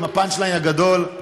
עם ה-punch line הגדול: